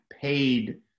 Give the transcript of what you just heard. paid